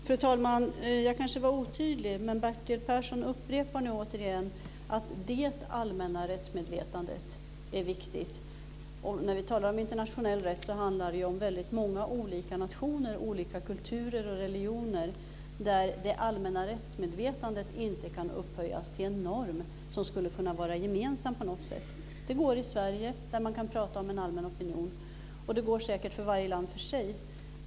Fru talman! Jag kanske var otydlig, men Bertil Persson upprepar återigen att det allmänna rättsmedvetandet är viktigt. När vi talar om internationell rätt handlar det ju om väldigt många olika nationer med olika kulturer och religioner där det allmänna rättsmedvetandet inte kan upphöjas till en norm som skulle kunna vara gemensam på något sätt. Det går i Sverige, där man kan prata om en allmän opinion, och det går säkert i varje land för sig.